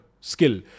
skill